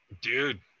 Dude